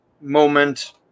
moment